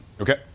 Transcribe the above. Okay